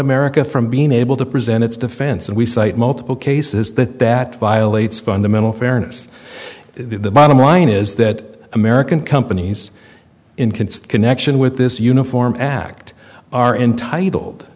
america from being able to present its defense and we cite multiple cases that that violates fundamental fairness the bottom line is that american companies in concert connection with this uniform act are entitled